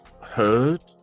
heard